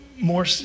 more